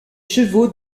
chevaux